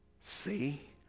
See